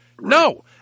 No